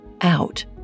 out